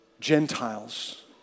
Gentiles